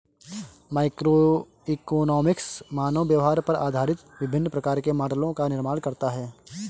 microeconomics मानव व्यवहार पर आधारित विभिन्न प्रकार के मॉडलों का निर्माण करता है